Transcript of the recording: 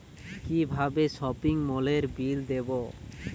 কিভাবে সপিং মলের বিল দেবো?